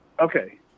Okay